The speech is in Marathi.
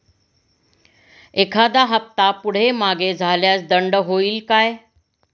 एखादा हफ्ता पुढे मागे झाल्यास दंड होईल काय?